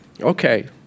Okay